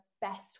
best